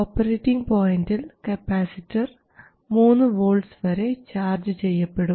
operating പോയൻറിൽ capacitor 3 volts വരെ charge ചെയ്യപ്പെടും